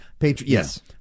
Yes